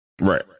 Right